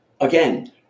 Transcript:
again